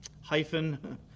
hyphen